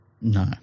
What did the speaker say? No